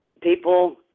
people